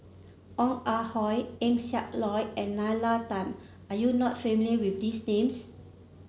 Ong Ah Hoi Eng Siak Loy and Nalla Tan are you not familiar with these names